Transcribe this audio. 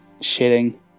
shitting